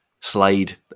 Slade